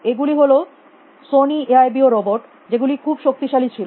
এ গুলি হল Sony A I B O robot যেগুলি খুব শক্তিশালী ছিল